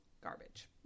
Garbage